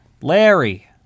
Larry